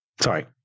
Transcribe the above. Sorry